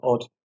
odd